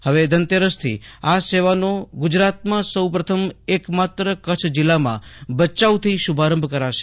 હવે ધનતેરસથી આ સેવાનું ગુજરાતમાં સૌ પ્રથમ એક માત્ર કચ્છ જીલ્લામાં ભયાઉથી શુભારંભ કરાશે